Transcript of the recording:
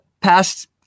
past